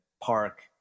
Park